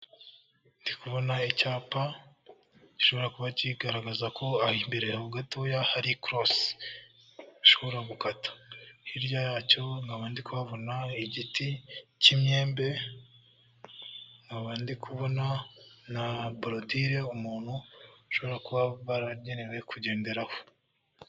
Ndi kubona icyapa gishobora kuba kigaragaza ko aho imbere aho gatoya hari ikorosi, ushobora gukata. Hirya yacyo nkaba ndi kuhabona igiti cy'imyembe, nkaba ndi kubona na borodire umuntu ashobora kuba ari kugenderaho.